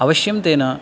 अवश्यं तेन